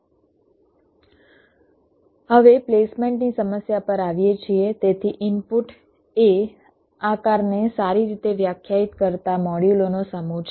હવે પ્લેસમેન્ટની સમસ્યા પર આવીએ છીએ તેથી ઇનપુટ એ આકારને સારી રીતે વ્યાખ્યાયિત કરતા મોડ્યુલોનો સમૂહ છે